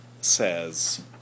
says